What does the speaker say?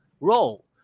role